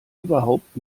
überhaupt